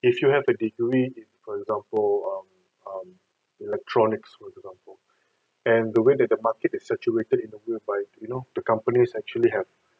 if you have a degree in for example um um electronics for example and the way that the market is saturated in the way by you know the companies actually have